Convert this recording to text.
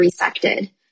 resected